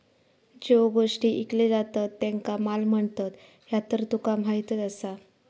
ज्यो गोष्टी ईकले जातत त्येंका माल म्हणतत, ह्या तर तुका माहीतच आसा